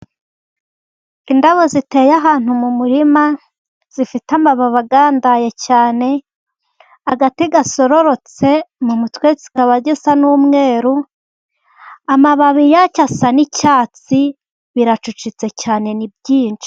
Indabo ziteye ahantu mu murima, zifite amababi agandaye cyane, agati gasororotse, mu mutwe kikaba gisa n'umweru, amababi yacyo asa n'icyatsi, biracucitse cyane ni byinshi.